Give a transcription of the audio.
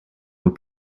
were